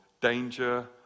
danger